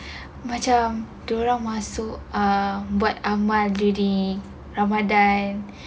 macam dia orang masuk um buat amal ramadan